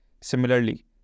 Similarly